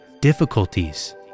difficulties